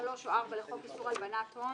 3 או 4 לחוק איסור הלבנת הון,